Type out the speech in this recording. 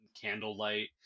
candlelight